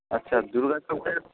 আচ্ছা দুর্গাচকের